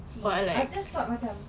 no I just thought macam